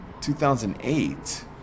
2008